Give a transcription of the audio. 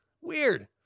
Weird